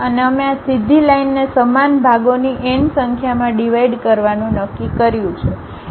અને અમે આ સીધી લાઈનને સમાન ભાગોની n સંખ્યામાં ડિવાઇડ કરવાનું નક્કી કર્યું છે